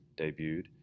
debuted